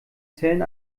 zellen